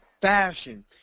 fashion